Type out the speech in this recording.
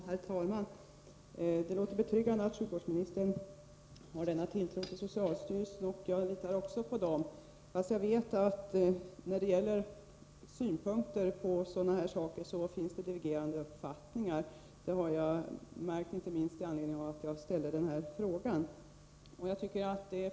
Herr talman! Det var betryggande att höra att sjukvårdsministern har tilltro till socialstyrelsen. Jag litar också på den, fast jag vet att det råder divergerande uppfattningar när det gäller den här saken. Det var bl.a. med anledning av dessa som jag ställde frågan.